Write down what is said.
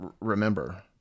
remember